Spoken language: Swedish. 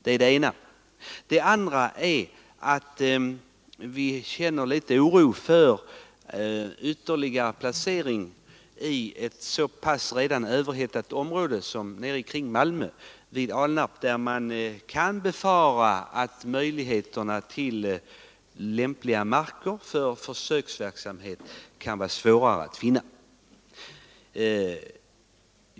Det andra motivet är att vi känner litet oro för ytterligare lokalisering i ett område som redan är så pass överhettat som trakten kring Malmö — vid Alnarp — där man kan befara att möjligheterna till lämpliga marker för försöksverksamhet är svårare att finna.